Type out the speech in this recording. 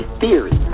theory